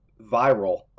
Viral